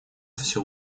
всё